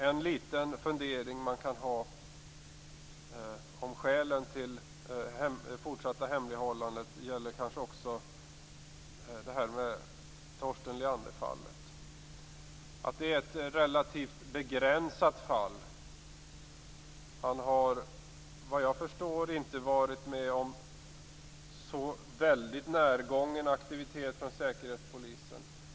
En liten fundering man kan ha kring skälen till det fortsatta hemlighållandet kan gälla fallet Torsten Leander. Det är ju ett relativt begränsat fall. Han har, vad jag förstår, inte varit med om så väldigt närgången aktivitet från Säkerhetspolisen.